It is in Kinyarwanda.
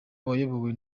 wayobowe